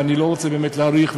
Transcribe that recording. ואני לא רוצה באמת להאריך,